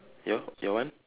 your your one